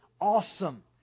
awesome